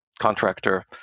contractor